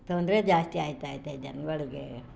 ತೊಂದರೆ ಜಾಸ್ತಿ ಆಯ್ತಾ ಐತೆ ಜನಗಳ್ಗೆ